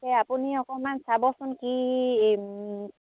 এ আপুনি অকণমান চাবচোন কি